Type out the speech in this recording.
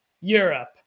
Europe